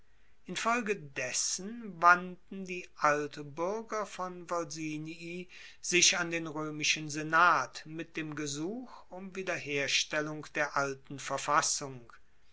infolge dessen wandten die altbuerger von volsinii sich an den roemischen senat mit dem gesuch um wiederherstellung der alten verfassung